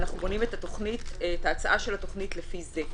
ואנחנו בונים את ההצעה של התוכנית לפי זה.